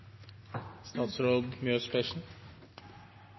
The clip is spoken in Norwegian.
Statsråd Mjøs